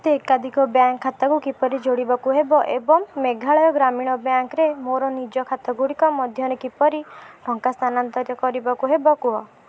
ମୋତେ ଏକାଧିକ ବ୍ୟାଙ୍କ୍ ଖାତାକୁ କିପରି ଯୋଡ଼ିବାକୁ ହେବ ଏବଂ ମେଘାଳୟ ଗ୍ରାମୀଣ ବ୍ୟାଙ୍କ୍ ରେ ମୋର ନିଜ ଖାତାଗୁଡ଼ିକ ମଧ୍ୟରେ କିପରି ଟଙ୍କା ସ୍ଥାନାନ୍ତରିତ କରିବାକୁ ହେବ କୁହ